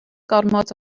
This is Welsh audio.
gormod